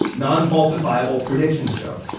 nonfalsifiable prediction show.